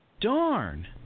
Darn